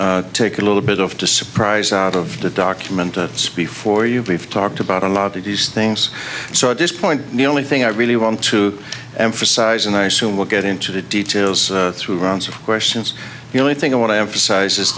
helped take a little bit of to surprise out of the document speak for you brief talked about a lot of these things so at this point the only thing i really want to emphasize and i assume we'll get into the details through rounds of questions the only thing i want to emphasize